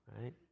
Right